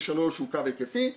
קו M3 הוא קו היקפי.